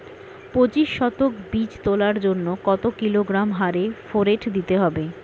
পঁচিশ শতক বীজ তলার জন্য কত কিলোগ্রাম হারে ফোরেট দিতে হবে?